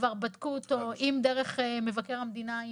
כבר בדקו אותו אם זה דרך מבקר המדינה.